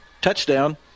touchdown